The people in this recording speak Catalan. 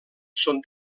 són